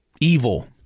evil